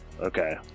Okay